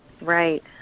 Right